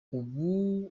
ubu